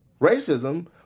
racism